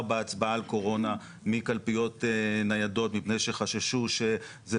בהצבעה על קורונה מקלפיות ניידות מפני שחששו שזה